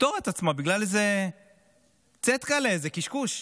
תפטור את עצמה בגלל איזה צעטלע, איזה קשקוש?